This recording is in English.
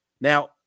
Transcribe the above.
Now